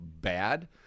bad